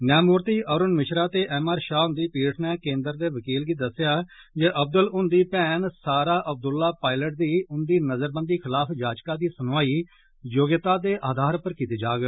न्यायमूर्ति अरूण मिश्रा ते M R Shah हुन्दी पीठ नै केन्द्र दे वकील गी दस्सेआ जे अब्दुल्ला हुन्दी मैन सारा अब्दुल्ला पाईलट दी उन्दी नज़रबन्दी खिलाफ याचिका दी सुनवाई योग्यता दे आधार पर कीती जाग